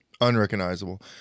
unrecognizable